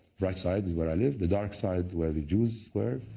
bright side is where i lived, the dark side, where the jews were.